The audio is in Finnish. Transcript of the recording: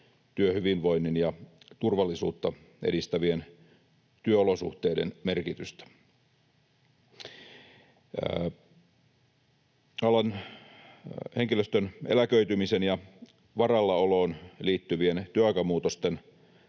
työhyvinvoinnin ja turvallisuutta edistävien työolosuhteiden merkitystä. Alan henkilöstön eläköitymisen ja varallaoloon liittyvien työaikamuutosten